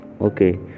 okay